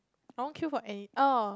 I won't queue for any orh